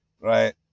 right